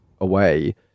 away